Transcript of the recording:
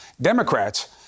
Democrats